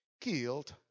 killed